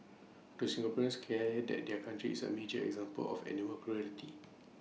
do Singaporeans care that their country is A major example of animal cruelty